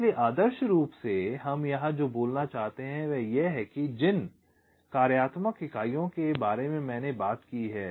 इसलिए आदर्श रूप से हम यहां जो बोलना चाहते हैं वह यह है कि जिन कार्यात्मक इकाइयों के बारे में मैंने बात की है